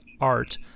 art